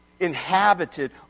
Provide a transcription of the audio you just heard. inhabited